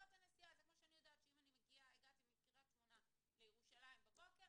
זה כמו שאני יודעת שאם אני הגעתי מקריית שמונה לירושלים בבוקר,